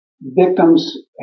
victims